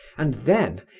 and then,